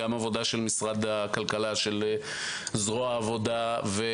גם עבודה של משרד הכלכלה וזרוע העבודה.